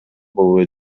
болбой